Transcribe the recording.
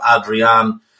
Adrian